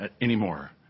anymore